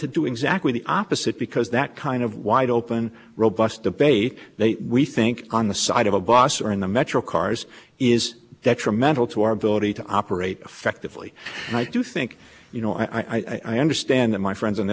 to do exactly the opposite because that kind of wide open robust debate they we think on the side of a bus or in the metro cars is detrimental to our ability to operate effectively and i do think you know i can understand that my friends on the